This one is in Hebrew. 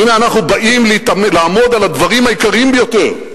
והנה, אנחנו באים לעמוד על הדברים העיקריים ביותר,